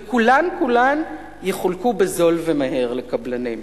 וכולן כולן יחולקו בזול ומהר לקבלנים.